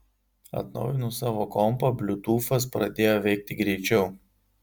atnaujinus savo kompą bliutūfas pradėjo veikti greičiau